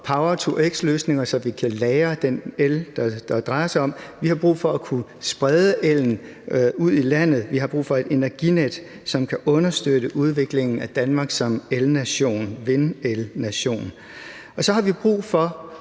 power-to-x-løsninger, så vi kan lagre den el, det drejer sig om, og vi har brug for at kunne sprede ellen ud i landet. Vi har brug for et energinet, som kan understøtte udviklingen af Danmark som vindelnation. Og så har vi brug for